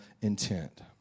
intent